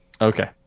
Okay